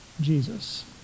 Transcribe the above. Jesus